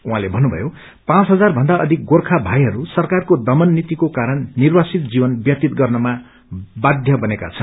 उहाँले भन्नुभयो पाँच हजार भन्दा अधिक गोर्खा भाइहरू सरकारको दमननीतिको कारण निर्वासित जीवन ब्यतीत गर्नमा बाध्य बनेका छन्